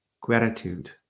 gratitude